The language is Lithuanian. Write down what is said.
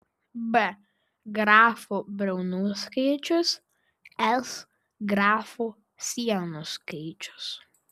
b grafų briaunų skaičius s grafų sienų skaičius